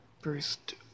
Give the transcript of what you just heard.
First